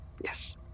Yes